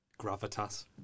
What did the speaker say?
Gravitas